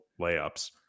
layups